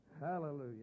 Hallelujah